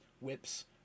whips